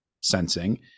sensing